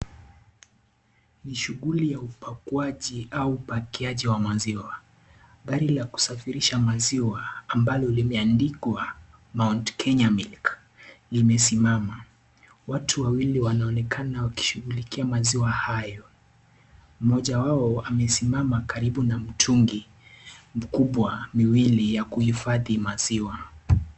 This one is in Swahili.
Ni shughuli ya upakuaji au upakishaji wa maziwa gari la kusafirisha maziwa ambalo limeandikwa mout Kenya milk limesimama watu wawili wanaonekana wakishughulikia maziwa hayo mmoja wao amesimama karibu na mtungi mkubwa miwili ya kuhifhadhi maziwa.